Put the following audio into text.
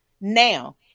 Now